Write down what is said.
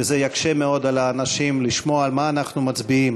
וזה יקשה מאוד על האנשים לשמוע על מה אנחנו מצביעים,